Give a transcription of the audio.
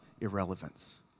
irrelevance